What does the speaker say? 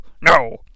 No